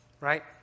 right